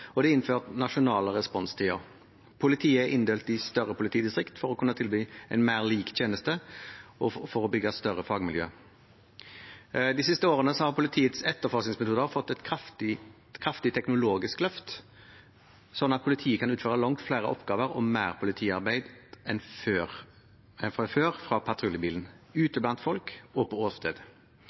og det er innført nasjonale responstider. Politiet er inndelt i større politidistrikter for å kunne tilby en mer lik tjeneste og for å bygge større fagmiljøer. I de siste årene har politiets etterforskingsmiljøer fått et kraftig teknologisk løft, slik at politiet kan utføre langt flere oppgaver og mer politiarbeid enn før fra patruljebilen, ute blant folk og på